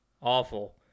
Awful